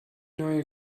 neue